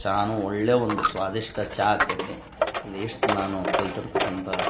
ಚಹಾನು ಒಳ್ಳೆಯ ಒಂದು ಸ್ವಾದಿಷ್ಟ ಚಹಾ ಆಕೈತಿ ಇದು ಇಷ್ಟು ನಾನು ಕಲಿತಿರ್ತಕ್ಕಂಥ